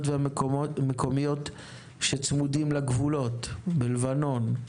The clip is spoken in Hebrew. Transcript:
והמקומיות שצמודות לגבולות: בלבנון,